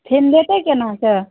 फेन लेतै केना कऽ